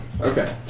Okay